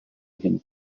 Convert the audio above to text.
hin